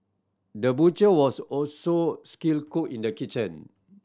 the butcher was also skilled cook in the kitchen